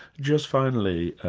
just finally,